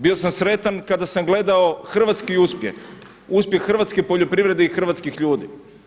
Bio sam sretan kada sam gledao hrvatski uspjeh, uspjeh hrvatske poljoprivrede i hrvatskih ljudi.